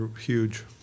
huge